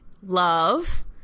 love